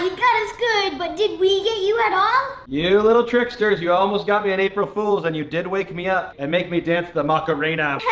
got us good, but did we get you at all? you little tricksters, you almost got me on april fools', and you did wake me up and make me dance the macarena.